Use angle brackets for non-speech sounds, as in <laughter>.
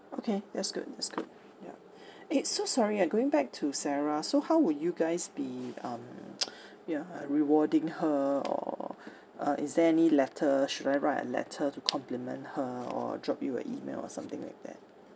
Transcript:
okay that's good that's good yup eh so sorry ah going back to sarah so how will you guys be um <noise> ya uh rewarding her or uh is there any letter should I write a letter to compliment her or drop you a email or something like that